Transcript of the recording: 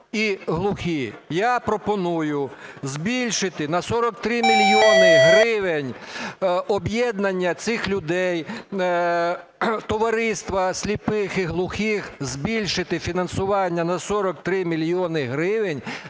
Я пропоную збільшити на 43 мільйони гривень об'єднання цих людей в товариства сліпих і глухих, збільшити фінансування на 43 мільйони гривень